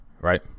right